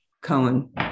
Cohen